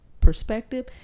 perspective